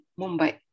Mumbai